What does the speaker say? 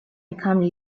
become